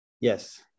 yes